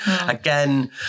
again